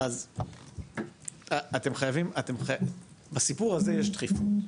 אז אתם חייבים, בסיפור הזה יש דחיפות.